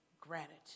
gratitude